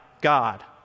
God